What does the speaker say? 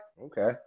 Okay